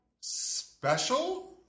special